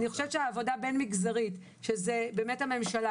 אני חושבת שהעבודה בין מגזרית שזה באמת הממשלה,